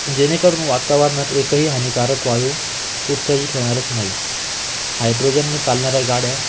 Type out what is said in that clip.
जेणेकरून वातावरणात एकही हानिकारक वायु उत्सर्जित होणारच नाही हायड्रोजनने चालणाऱ्या गाड्या